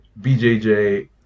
BJJ